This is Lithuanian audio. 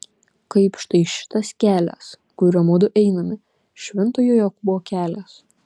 kaip štai šitas kelias kuriuo mudu einame šventojo jokūbo kelias